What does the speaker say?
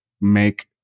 make